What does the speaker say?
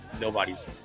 nobody's